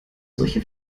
solche